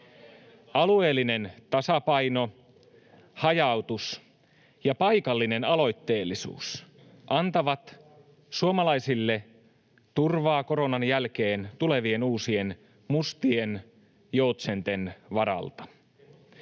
Alueellinen tasapaino, hajautus ja paikallinen aloitteellisuus antavat suomalaisille turvaa koronan jälkeen tulevien uusien mustien joutsenten varalta.